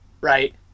right